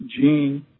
gene